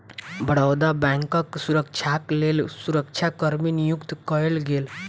बड़ौदा बैंकक सुरक्षाक लेल सुरक्षा कर्मी नियुक्त कएल गेल